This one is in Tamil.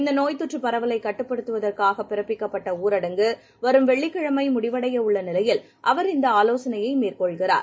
இந்தநோய் தொற்றுபரவலைகட்டுப்படுத்துவற்காகபிறப்பிக்கப்ப்ட்ட ஊரடங்கு வரும் வெள்ளிக்கிழமைமுடிவடையவுள்ளநிலையில் அவர் இந்தஆலோசனையைமேற்கொள்கிறார்